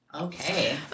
okay